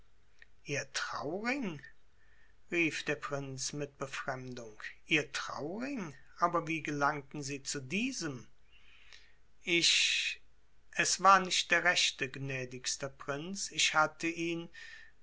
ihr trauring rief der prinz mit befremdung ihr trauring aber wie gelangten sie zu diesem ich es war nicht der rechte gnädigster prinz ich hatte ihn